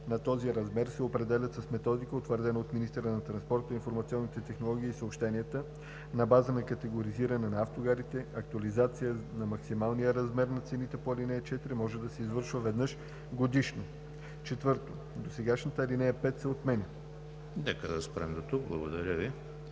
на този размер, се определят с методика, утвърдена от министъра на транспорта, информационните технологии и съобщенията, на база на категоризиране на автогарите. Актуализация на максималния размер на цените по ал. 4 може да се извършва веднъж годишно.“ 4. Досегашната ал. 5 се отменя.“ ПРЕДСЕДАТЕЛ ЕМИЛ ХРИСТОВ: Благодаря Ви.